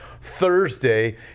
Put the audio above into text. Thursday